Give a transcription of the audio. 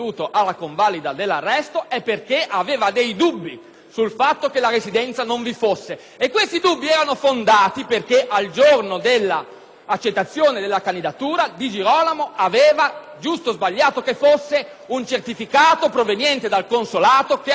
sul fatto che la residenza non vi fosse. E questi dubbi erano fondati, perché al giorno dell'accettazione della candidatura, Di Girolamo aveva - giusto o sbagliato che fosse - un certificato proveniente dal consolato che attestava il fatto che era cittadino residente all'estero.